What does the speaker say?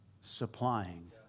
supplying